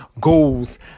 goals